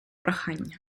прохання